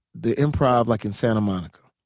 the improv like in santa monica.